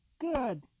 good